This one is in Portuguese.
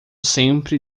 sempre